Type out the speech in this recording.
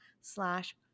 slash